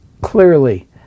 Clearly